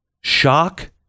shock